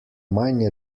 manj